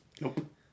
Nope